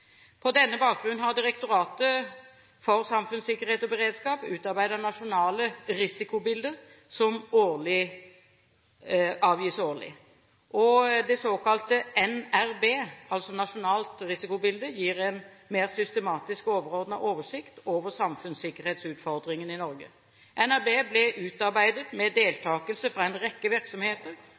På denne bakgrunn har Direktoratet for samfunnssikkerhet og beredskap utarbeidet Nasjonalt risikobilde som avgis årlig. Det såkalte NRB, Nasjonalt risikobilde, gir en mer systematisk overordnet oversikt over samfunnssikkerhetsutfordringene i Norge. NRB ble utarbeidet med deltakelse fra en rekke virksomheter